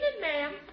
ma'am